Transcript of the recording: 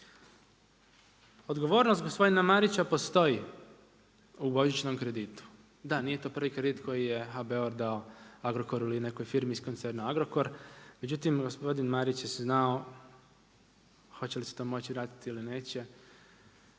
Odgovornost gospodina Marića postoji u božićnom kreditu. Da, nije to prvi kredit koje HBOR dao Agrokoru ili nekoj firmi iz koncerna Agrokor, međutim gospodin Marić je znao hoće li se to moći vratiti ili neće